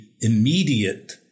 immediate